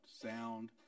sound